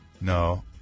no